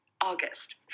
August